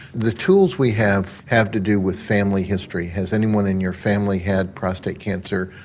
the tools we have have to do with family history, has anyone in your family had prostate cancer,